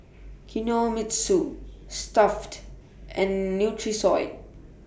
Kinohimitsu Stuff'd and Nutrisoy